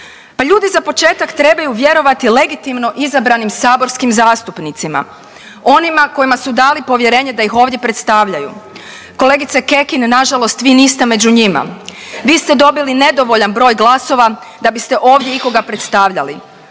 ljudi za početak trebaju vjerovati legitimno izabranim saborskim zastupnicima onima kojima su dali povjerenje da ih ovdje predstavljaju. Kolegice Kekin nažalost vi niste među njima, vi ste dobili nedovoljan broj glasova da biste ovdje ikoga predstavljali.